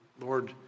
Lord